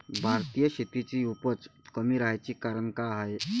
भारतीय शेतीची उपज कमी राहाची कारन का हाय?